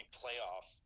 playoff